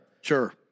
Sure